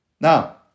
Now